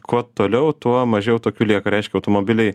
kuo toliau tuo mažiau tokių lieka reiškia automobiliai